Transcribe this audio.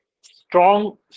strong